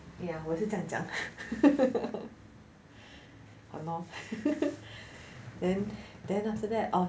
ya 我也是这样讲 !hannor! then then after that